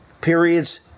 Periods